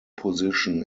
position